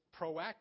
proactive